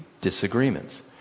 disagreements